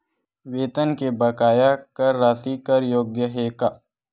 वेतन के बकाया कर राशि कर योग्य हे का?